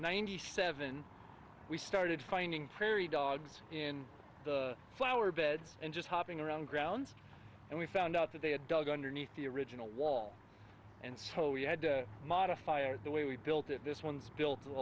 ninety seven we started finding prairie dogs in the flower beds and just hopping around grounds and we found out that they had dug underneath the original wall and so we had to modify the way we built it this one's built